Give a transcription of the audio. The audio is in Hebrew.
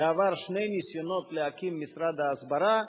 שני ניסיונות להקים משרד הסברה,